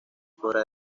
fuera